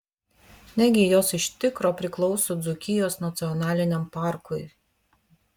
negi jos iš tikro priklauso dzūkijos nacionaliniam parkui